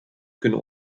kunnen